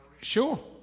Sure